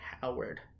Howard